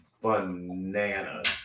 bananas